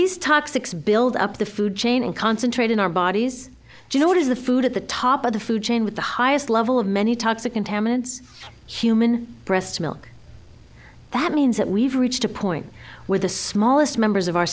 these toxics build up the food chain and concentrate in our bodies you know what is the food at the top of the food chain with the highest level of many toxic contaminants human breast milk that means that we've reached a point where the smallest